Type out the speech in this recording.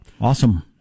Awesome